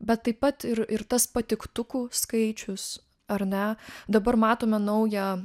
bet taip pat ir ir tas patiktukų skaičius ar ne dabar matome naują